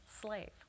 slave